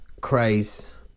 craze